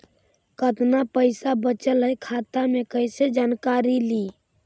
कतना पैसा बचल है खाता मे कैसे जानकारी ली?